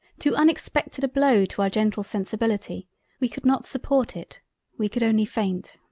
too unexpected a blow to our gentle sensibility we could not support it we could only faint.